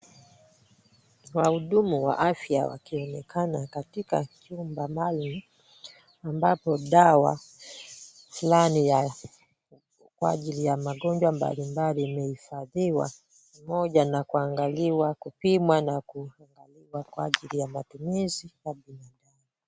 Wahudumu wa afya wakionekana katika chumba maalum ambapo dawa fulani ya kwa ajili ya magonjwa mbalimbali imehifadhiwa, pamoja na kuangaliwa, kupimwa na kuangaliwa kwa ajili ya matumizi kwa mwanadamu.